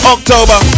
October